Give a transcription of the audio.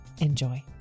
Enjoy